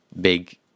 big